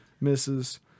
misses